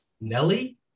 Nelly